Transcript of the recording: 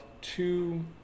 two